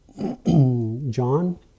John